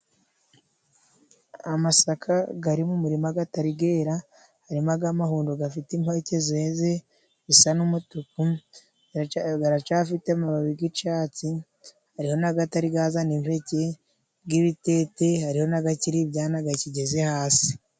Amasaka gari mu murima gatari gera harimo ag'amahundo gafite impeke zeze zisa n'umutuku garacafite amababi g'icatsi hariho n'agatari gazana impeke g'ibitete hariho n'agakiri ibyana gakigeze hasi.